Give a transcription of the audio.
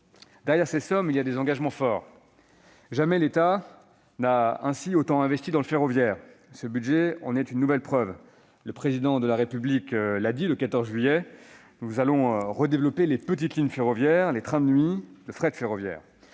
Derrière ces sommes, il y a des engagements forts. Jamais l'État n'a autant investi dans le ferroviaire. Ce budget en est une nouvelle preuve. Le Président de la République l'a dit le 14 juillet : nous allons redévelopper les petites lignes ferroviaires, les trains de nuit, le fret ferroviaire.